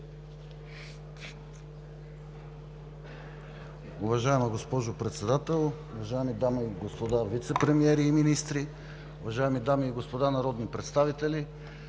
Уважаема госпожо Председател, уважаеми дами и господа министри, уважаеми дами и господа народни представители!